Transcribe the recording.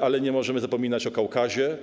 ale nie możemy zapominać o Kaukazie.